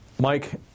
Mike